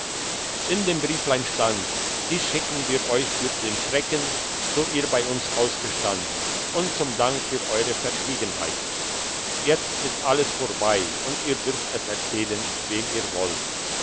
in dem brieflein stand dies schicken wir euch für den schrecken so ihr bei uns ausgestanden und zum dank für euere verschwiegenheit jetzt ist alles vorbei und ihr dürft es erzählen wem ihr wollt